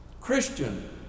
Christian